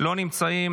לא נמצאים,